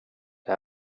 det